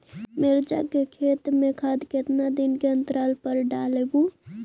मिरचा के खेत मे खाद कितना दीन के अनतराल पर डालेबु?